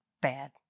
bad